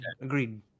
Agreed